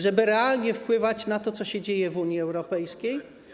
żeby realnie wpływać na to, co się dzieje w Unii Europejskiej.